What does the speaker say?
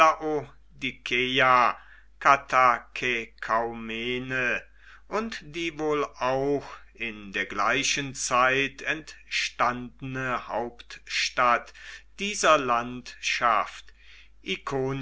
katakekaumene und die wohl auch in der gleichen zeit entstandene hauptstadt dieser landschaft